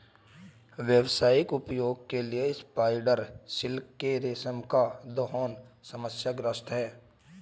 व्यावसायिक उपयोग के लिए स्पाइडर सिल्क के रेशम का दोहन समस्याग्रस्त है